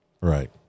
Right